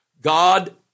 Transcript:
God